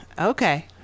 Okay